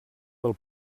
del